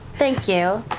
thank you.